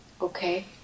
Okay